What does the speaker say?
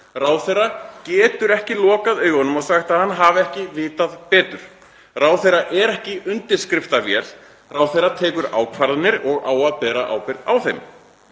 Ráðherra getur ekki lokað augunum og sagt að hann hafi ekki vitað betur. Ráðherra er ekki undirskriftarvél, ráðherra tekur ákvarðanir og á að bera ábyrgð á þeim.